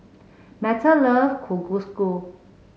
Meta love Kalguksu